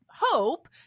hope